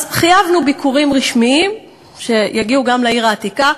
אז חייבנו ביקורים רשמיים שיגיעו גם לעיר העתיקה,